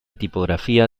tipografía